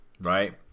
Right